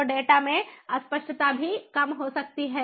तो डेटा में अस्पष्टता भी कम हो सकती है